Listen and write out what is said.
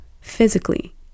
physically